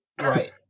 Right